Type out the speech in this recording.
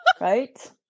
right